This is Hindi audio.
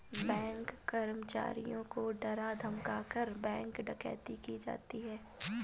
बैंक कर्मचारियों को डरा धमकाकर, बैंक डकैती की जाती है